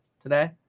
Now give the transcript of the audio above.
today